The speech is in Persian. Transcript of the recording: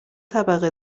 طبقه